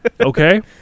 Okay